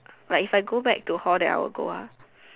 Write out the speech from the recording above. like if I go back to hall then I would go lah